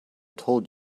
told